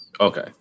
Okay